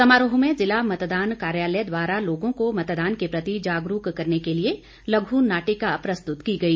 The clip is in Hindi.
समारोह में जिला मतदान कार्यालय द्वारा लोगों को मतदान के प्रति जागरूक करने के लिए लघु नाटिका प्रस्तुत की गई